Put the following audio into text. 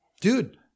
dude